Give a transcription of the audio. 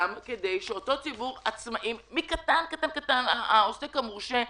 כדי שאותו ציבור עצמאים החל מעוסק מורשה,